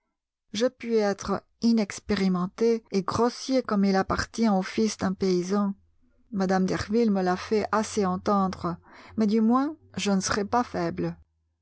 je puis être inexpérimenté et grossier comme il appartient au fils d'un paysan mme derville me l'a fait assez entendre mais du moins je ne serai pas faible